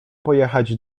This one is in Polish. pojechać